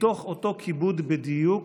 מתוך אותו כיבוד בדיוק,